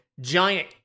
giant